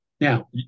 Now